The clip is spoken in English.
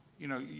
you know,